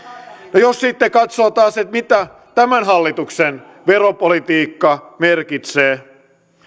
jos sitten katsoo taas mitä tämän hallituksen veropolitiikka merkitsee